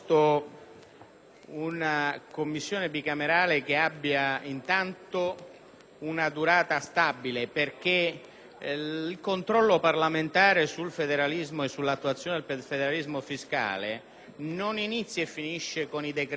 una Commissione bicamerale che abbia intanto una durata stabile, perché il controllo parlamentare sul federalismo e sull'attuazione del federalismo fiscale non inizia e finisce con i decreti attuativi.